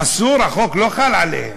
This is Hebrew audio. אסור, החוק לא חל עליהם.